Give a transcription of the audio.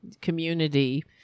community